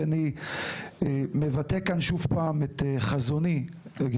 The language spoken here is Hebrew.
אני מבטא כאן את חזוני המרכזי,